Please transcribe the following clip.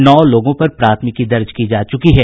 नौ लोगों पर प्राथमिकी दर्ज की जा चुकी है